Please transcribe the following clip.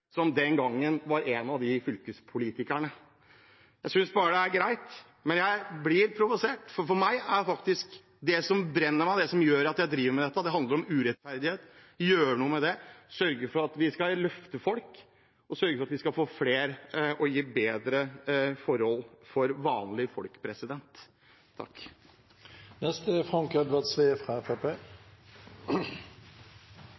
greit, men jeg blir provosert. For meg er det sånn at det jeg brenner for, det som gjør at jeg driver med dette, handler om urettferdighet – gjøre noe med det, sørge for at vi skal løfte folk, og sørge for at vi skal gi bedre forhold for vanlige folk.